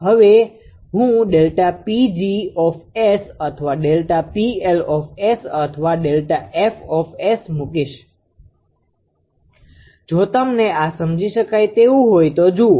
હવે હું ΔPg𝑠 અથવા ΔPL𝑆 અથવા Δf મુકીશ જો તમને આ સમજી શકાય તેવું હોઈ તો જુઓ